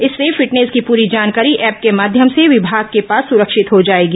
इससे फिटनेस की पूरी जानकारी ऐप के माध्यम से विमाग के पास सुरक्षित हो जाएगी